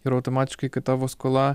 ir automatiškai kai tavo skola